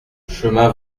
chemin